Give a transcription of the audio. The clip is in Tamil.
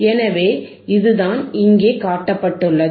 எனவே இதுதான் இங்கே காட்டப்பட்டுள்ளது